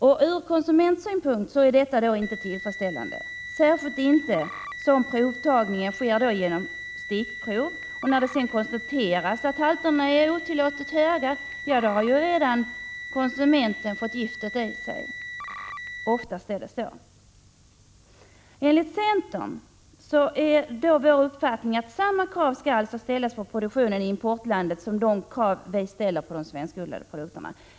Från konsumentsynpunkt är detta inte tillfredsställande, särskilt inte som provtagningen sker genom stickprov, och konsumenten, när det sedan konstateras att halterna är otillåtet höga, redan har fått giftet i sig. Oftast är det så. Enligt centerns uppfattning skall samma krav ställas på produktionen i exportlandet som de krav vi ställer på de svenskodlade produkterna.